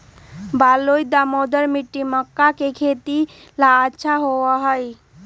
बलुई, दोमट मिट्टी मक्का के खेती ला अच्छा होबा हई